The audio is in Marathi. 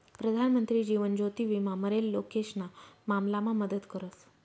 प्रधानमंत्री जीवन ज्योति विमा मरेल लोकेशना मामलामा मदत करस